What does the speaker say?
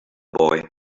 boy